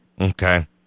Okay